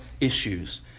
issues